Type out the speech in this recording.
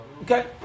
Okay